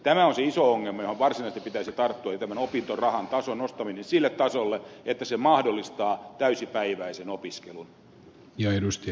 tämä on se iso ongelma johon varsinaisesti pitäisi tarttua samoin tämän opintorahan tason nostaminen sille tasolle että se mahdollistaa täysipäiväisen opiskelun